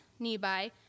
Nebai